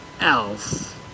else